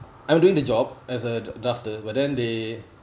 I'm doing the job as a drafter but then they